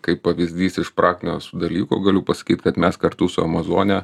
kaip pavyzdys iš praktinio visų dalykų galiu pasakyt kad mes kartu su amazone